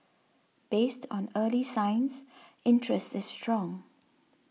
based on early signs interest is strong